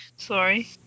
Sorry